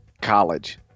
College